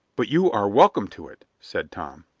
but you are welcome to it, said tom.